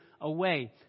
away